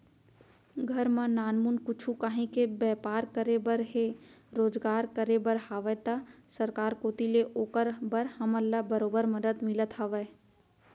घर म नानमुन कुछु काहीं के बैपार करे बर हे रोजगार करे बर हावय त सरकार कोती ले ओकर बर हमन ल बरोबर मदद मिलत हवय